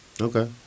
Okay